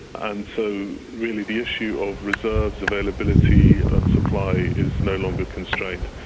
and so really the issue of reserves, availability and supply is no longer constrained.